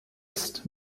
ist